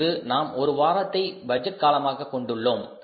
இன்று நாம் ஒரு வாரத்தை பட்ஜெட் காலமாக கொண்டுள்ளோம்